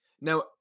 Now